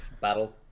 Battle